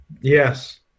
Yes